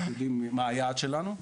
מה היעד שלנו.